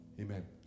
Amen